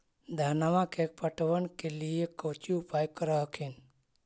धनमा के पटबन के लिये कौची उपाय कर हखिन?